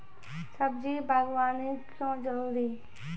सब्जी बागवानी क्यो जरूरी?